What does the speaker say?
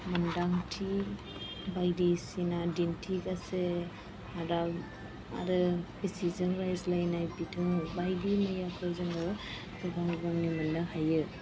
मोन्दांथि बायदिसिना दिन्थिगासे राव आरो गोसोजों रायज्लायनाय बिदिनो बायदि मैयाखौ जोङो गोबां बिबांनि मोननो हायो